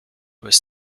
was